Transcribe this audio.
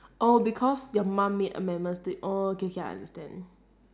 oh because your mum made amendments to it oh okay okay I understand